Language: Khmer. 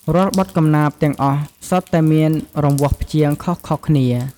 រាល់បទកំណាព្យទាំងអស់សុទ្ធតែមានរង្វាស់ព្យាង្គខុសៗគ្នា។